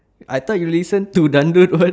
I thought you listen to dollop one